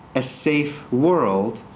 a safe world,